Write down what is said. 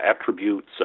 attributes